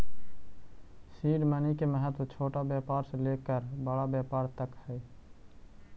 seed money के महत्व छोटा व्यापार से लेकर बड़ा व्यापार तक हई